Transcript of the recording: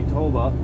Toba